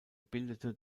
bildete